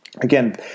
again